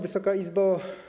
Wysoka Izbo!